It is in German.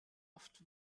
oft